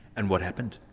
and what happened?